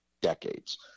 decades